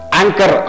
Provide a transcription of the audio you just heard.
anchor